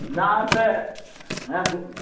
না স্যার হ্যাঁ